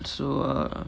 so uh